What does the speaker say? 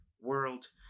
World